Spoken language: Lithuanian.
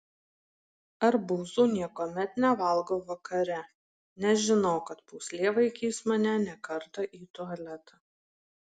arbūzų niekuomet nevalgau vakare nes žinau kad pūslė vaikys mane ne kartą į tualetą